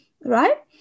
right